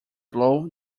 blow